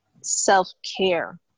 self-care